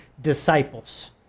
disciples